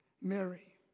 Mary